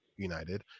united